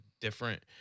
different